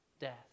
death